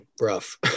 rough